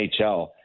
NHL